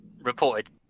reported